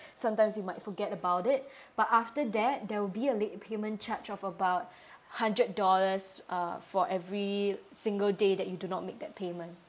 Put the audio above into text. sometimes you might forget about it but after that there'll be a late payment charge of about hundred dollars uh for every single day that you do not make that payment